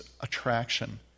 attraction